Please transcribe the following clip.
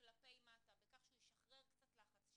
כלפי מטה בכך שהוא ישחרר קצת לחץ,